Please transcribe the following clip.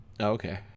Okay